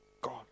God